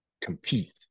compete